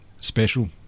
special